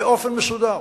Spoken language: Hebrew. באופן מסודר.